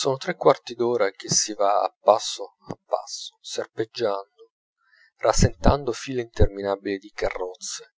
son tre quarti d'ora che si va a passo a passo serpeggiando rasentando file interminabili di carrozze